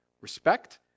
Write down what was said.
respect